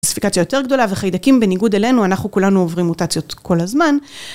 ספיקציה יותר גדולה וחיידקים בניגוד אלינו, אנחנו כולנו עוברים מוטציות כל הזמן.